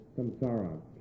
samsara